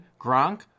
Gronk